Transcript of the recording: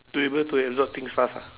to be able to absorb things fast ah